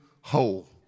whole